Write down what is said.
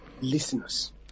listeners